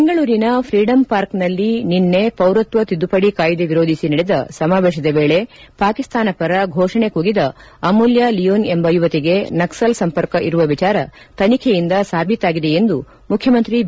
ಬೆಂಗಳೂರಿನ ಫ್ರೀಡಂಪಾರ್ಕ್ನಲ್ಲಿ ನಿನ್ನೆ ಪೌರತ್ವ ತಿದ್ದುಪಡಿ ಕಾಯ್ದೆ ವಿರೋಧಿಸಿ ನಡೆದ ಸಮಾವೇಶದ ವೇಳೆ ಪಾಕಿಸ್ತಾನ ಪರ ಫೋಷಣೆ ಕೂಗಿದ ಅಮೂಲ್ಯ ಲಿಯೋನ್ ಎಂಬ ಯುವತಿಗೆ ನಕ್ಸಲ್ ಸಂಪರ್ಕ ಇರುವ ವಿಚಾರ ತನಿಖೆಯಿಂದ ಸಾಬೀತಾಗಿದೆ ಎಂದು ಮುಖ್ಯಮಂತ್ರಿ ಬಿ